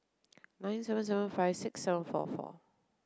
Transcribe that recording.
nine zero zero five six zero four four